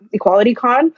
EqualityCon